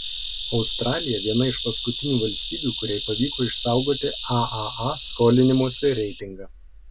australija viena iš paskutinių valstybių kuriai pavyko išsaugoti aaa skolinimosi reitingą